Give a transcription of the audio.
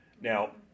Now